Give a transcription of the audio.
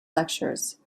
lectures